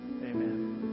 Amen